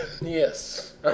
Yes